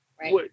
Right